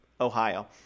Ohio